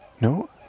No